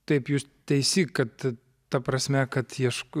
taip jūs teisi kad ta prasme kad ieško